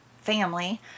family